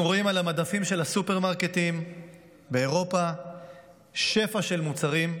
אנחנו רואים על המדפים של הסופרמרקטים באירופה שפע של מוצרים,